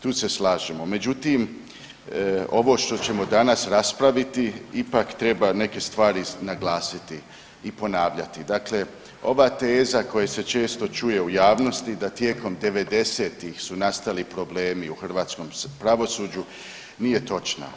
Tu se slažemo, međutim, ovo što ćemo danas raspraviti ipak treba neke stvari naglasiti i ponavljati, dakle, ova teza koja se često čuje u javnosti da tijekom 90-ih su nastali problemi u hrvatskom pravosuđu nije točna.